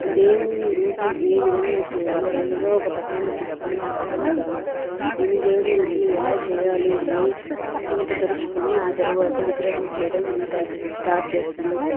దేవుని రూపం ఏ విధంగా చేయాలో ముందుగా ఒక పటాన్ని తీసుకుని ఆ పటం ద్వారా నేను దేవుని రూపులు ఎలా చేయాలి అని స్థిమిత పరుచుకొని ఆ తరువాత విగ్రహం చేయడం నేను త స్టార్ట్ చేస్తాను